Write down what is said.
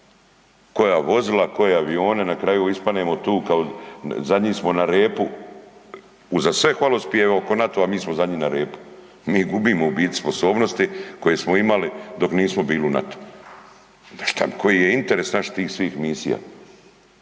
Koja vozila, koje avione, na kraju ispadnemo tu kao zadnji smo na repu uza sve hvalospjeve oko NATO, mi smo zadnji na repu. Mi gubimo u biti sposobnosti koje smo imali dok nismo bili u NATO-u. Onda koji je interes naš tih svih misija?